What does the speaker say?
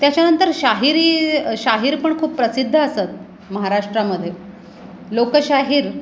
त्याच्यानंतर शाहिरी शाहीर पण खूप प्रसिद्ध असत महाराष्ट्रामध्ये लोकशाहीर